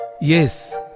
yes